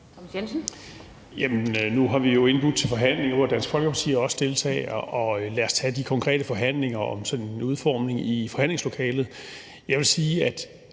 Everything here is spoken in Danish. Nu har vi jo indbudt til forhandlinger, hvor Dansk Folkeparti også deltager. Lad os tage de konkrete forhandlinger om sådan en udformning i forhandlingslokalet.